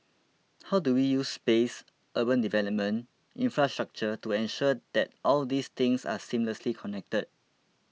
how do we use space urban development infrastructure to ensure that all these things are seamlessly connected